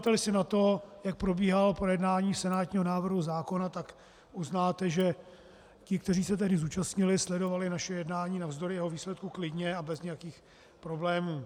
Vzpomeneteli si na to, jak probíhalo projednání senátního návrhu zákona, tak uznáte, že ti, kteří se tehdy zúčastnili, sledovali naše jednání navzdory jeho výsledku klidně a bez nějakých problémů.